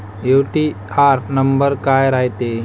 UTR number काय रायते?